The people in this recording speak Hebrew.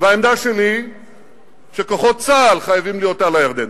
והעמדה שלי שכוחות צה"ל חייבים להיות על הירדן.